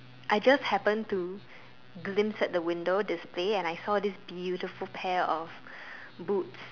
I just happened to glimpse at the window display and I saw this beautiful pair of boots